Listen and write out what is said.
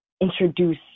introduce